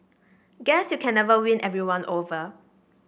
guess you can never win everyone over